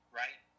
right